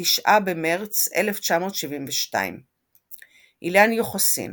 9 במרץ 1972. אילן יוחסין